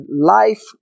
life